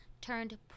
turned